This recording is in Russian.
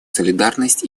солидарность